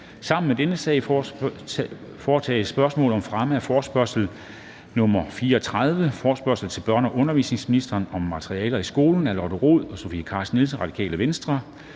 Sammen med dette punkt foretages: 2) Spørgsmål om fremme af forespørgsel nr. F 34: Forespørgsel til børne- og undervisningsministeren om materialer i skolen. Af Lotte Rod (RV) og Sofie Carsten Nielsen (RV).